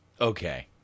Okay